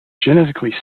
genetically